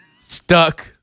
stuck